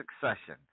succession